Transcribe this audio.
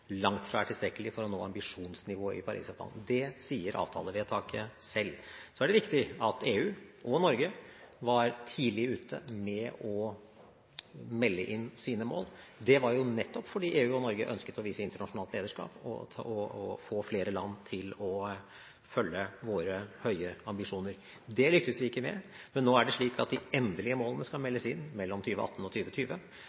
langt fra er tilstrekkelig for å nå ambisjonsnivået i Paris-avtalen. Det sier avtalevedtaket selv. Så er det riktig at EU og Norge var tidlig ute med å melde inn sine mål. Det var jo nettopp fordi EU og Norge ønsket å vise internasjonalt lederskap og få flere land til å følge våre høye ambisjoner. Det lyktes vi ikke med, men nå er det slik at de endelige målene skal